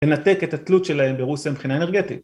לנתק את התלות שלהם ברוסיה מבחינה אנרגטית